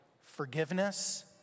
forgiveness